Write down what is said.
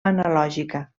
analògica